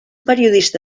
periodista